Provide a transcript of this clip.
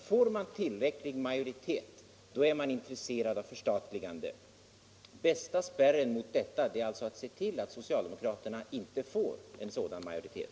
Får socialdemokraterna tillräcklig majoritet är de intresserade av ett förstatligande. Den bästa spärren mot detta är alltså att se till att socialdemokraterna inte får en sådan majoritet.